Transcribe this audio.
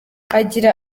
agira